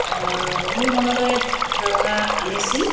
মোৰ মনলৈ ধাৰণা আনিছিল